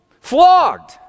Flogged